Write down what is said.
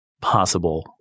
possible